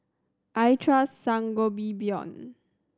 I trust Sangobion